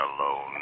alone